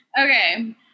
okay